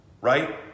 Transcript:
right